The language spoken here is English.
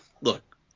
Look